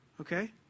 okay